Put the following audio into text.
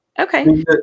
okay